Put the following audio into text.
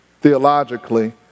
theologically